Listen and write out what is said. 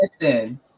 listen